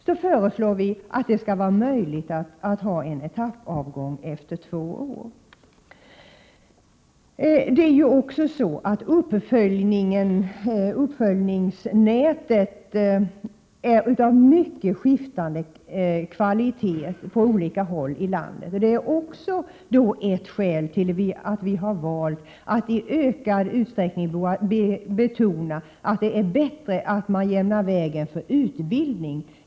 Vi föreslår därför att det skall vara möjligt med en etappavgång efter två år. Uppföljningssystemet är av mycket skiftande kvalitet på olika håll i landet. Det är också ett skäl till att vi har valt att starkare betona att det är bättre att man jämnar vägen för utbildning.